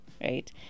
right